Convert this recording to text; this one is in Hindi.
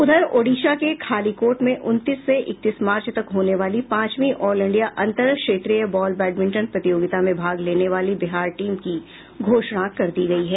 उधर ओडिशा के खालीकोट में उनतीस से इकतीस मार्च तक होने वाले पांचवीं ऑल इंडिया अंतर क्षेत्रीय बॉल बैडमिंटन प्रतियोगिता में भाग लेने वाली बिहार टीम की घोषणा कर दी गयी है